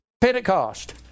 Pentecost